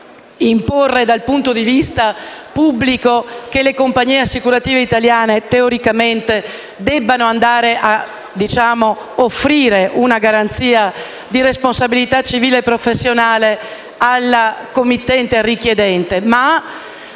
imporre dal punto di vista pubblico che le compagnie assicurative italiane debbano andare a offrire una garanzia di responsabilità civile e professionale al committente e al richiedente;